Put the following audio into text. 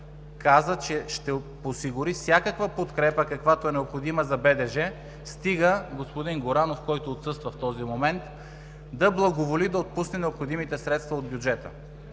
каза, че ще осигури всякаква подкрепа, каквато е необходима за БДЖ, стига господин Горанов, който отсъства в този момент, да благоволи да отпусне необходимите средства от бюджета.